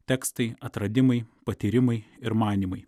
tekstai atradimai patyrimai ir manymai